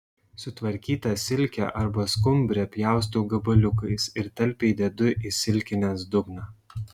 sutvarkytą silkę arba skumbrę pjaustau gabaliukais ir talpiai dedu į silkinės dugną